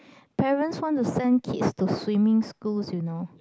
parents want to send kids to swimming schools you know